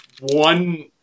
one